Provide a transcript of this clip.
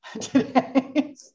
today